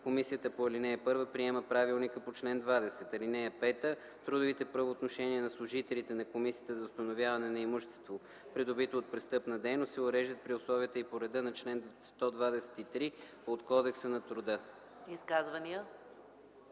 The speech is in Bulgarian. комисията по ал. 1 приема правилника по чл. 20. (5) Трудовите правоотношения на служителите на Комисията за установяване на имущество, придобито от престъпна дейност, се уреждат при условията и по реда на чл. 123 от Кодекса на труда.”